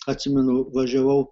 atsimenu važiavau